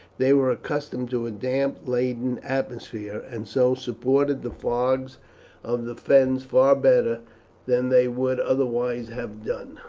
they were accustomed to a damp laden atmosphere, and so supported the fogs of the fens far better than they would otherwise have done.